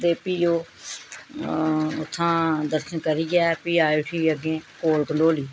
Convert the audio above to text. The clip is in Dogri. ते फ्ही ओह् उत्थुआं दर्शन करियै फ्ही आए उठी अग्गें कोल कंडोली